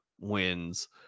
wins